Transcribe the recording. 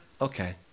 okay